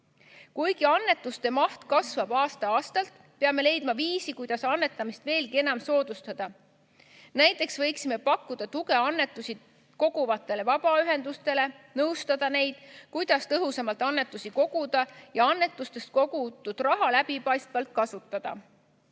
Kuigi annetuste maht kasvab aasta-aastalt, peame leidma viisi, kuidas annetamist veelgi enam soodustada. Näiteks võiksime pakkuda tuge annetusi koguvatele vabaühendustele, nõustada neid, kuidas tõhusamalt annetusi koguda, ja annetustest kogutud raha läbipaistvalt kasutada.